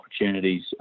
opportunities